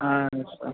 yes sir